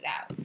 out